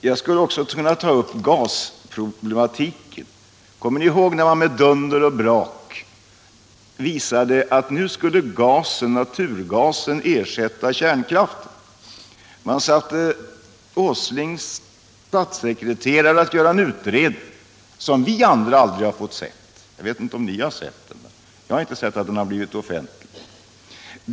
Jag skulle också kunna ta upp gasproblematiken. Kommer ni ihåg när man med dunder och brak visade att nu skulle naturgasen ersätta kärnkraften? Man satte Nils Åslings statssekreterare att göra en utredning som vi andra aldrig har fått se. Jag vet inte om någon här har sett den. Och inte har jag erfarit att den har blivit offentlig.